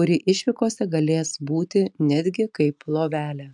kuri išvykose galės būti netgi kaip lovelė